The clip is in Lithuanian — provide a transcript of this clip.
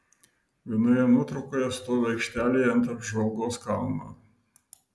vienoje nuotraukoje stoviu aikštelėje ant apžvalgos kalno